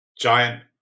giant